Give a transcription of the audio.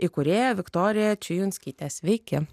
įkūrėja viktorija čijunskytė sveiki